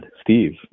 Steve